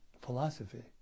philosophy